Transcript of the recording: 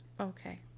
Okay